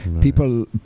people